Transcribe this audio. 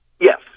yes